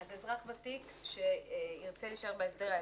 אזרח ותיק שירצה להישאר בהסדר הישן,